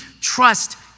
trust